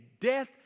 Death